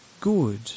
good